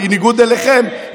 בניגוד אליכם,